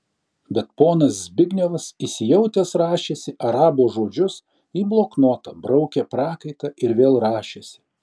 bet ponas zbignevas įsijautęs rašėsi arabo žodžius į bloknotą braukė prakaitą ir vėl rašėsi